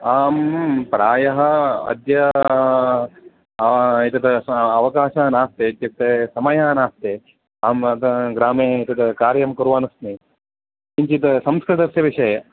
आम् प्रायः अद्य एतद् अस्म् अवकाशः नास्ति इत्युक्ते समयः नास्ति अहं तद् ग्रामे तद् कार्यं कुर्वन् अस्मि किञ्चित् संस्कृतस्य विषये